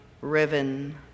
riven